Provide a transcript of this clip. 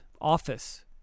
office